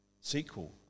sequel